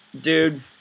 dude